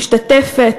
משתתפת,